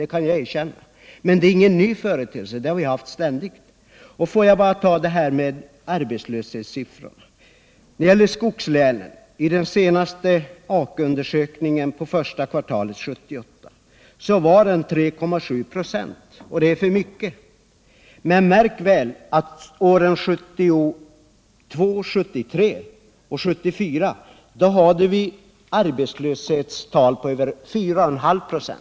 Det kan jag erkänna, men det är ingen ny företeelse. Det har vi haft ständigt. Jag vill också beröra arbetslöshetssiffrorna när det gäller skogslänen. Enligt den senaste arbetskraftsundersökningen —- AKU -— var arbetslösheten för första kvartalet 1978 3,7 2. Det är för mycket. Men märk väl att åren 1972, 1973 och 1974 hade vi arbetslöshetstal på över 4,5 96!